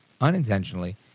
unintentionally